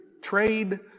trade